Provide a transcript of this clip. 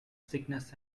sickness